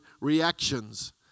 reactions